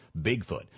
Bigfoot